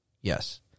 Yes